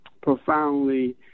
profoundly